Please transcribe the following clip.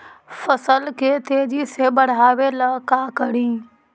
फसल के तेजी से बढ़ाबे ला का करि?